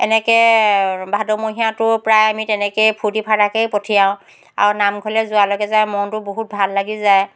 এনেকৈ ভাদমহীয়াটো প্ৰায় আমি তেনেকেই ফূৰ্তি ফাৰ্তাকেই পঠিয়াওঁ আৰু নামঘৰলৈ যোৱা লগে যে আৰু মনটো বহুত ভাল লাগি যায়